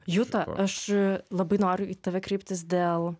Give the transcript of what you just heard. juta aš labai noriu į tave kreiptis dėl